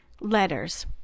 letters